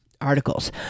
articles